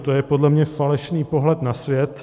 To je podle mě falešný pohled na svět.